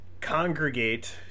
congregate